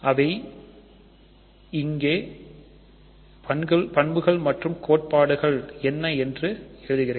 எனவே இங்கே பண்புகள் அல்லது கோட்பாடுகள் என்ன என்று எழுதுகிறேன்